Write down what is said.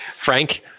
Frank